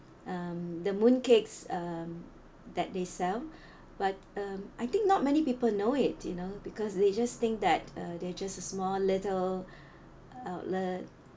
um the mooncakes um that they sell but um I think not many people know it you know because they just think that uh they're just a small little outlet